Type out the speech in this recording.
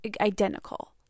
identical